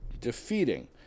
defeating